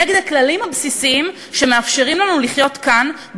נגד הכללים הבסיסיים שמאפשרים לנו לחיות כאן,